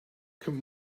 can